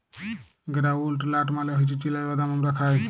গেরাউলড লাট মালে হছে চিলা বাদাম আমরা খায়